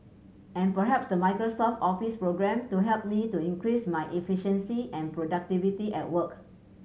and perhaps the Microsoft Office programme to help me to increase my efficiency and productivity at work